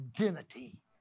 identity